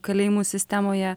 kalėjimų sistemoje